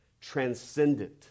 transcendent